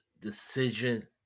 decision